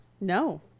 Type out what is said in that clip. no